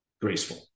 graceful